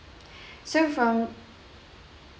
so from